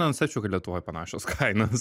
nenustebčiau kad lietuvoj panašios kainos